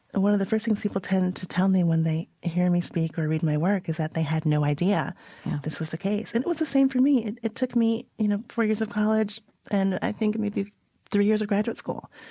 one of the first things people tend to tell me when they hear me speak or read my work is that they had no idea this was the case. and it was the same for me. it it took me you know four years of college and i think maybe three years of graduate school